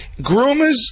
groomers